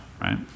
right